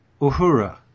Uhura